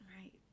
Right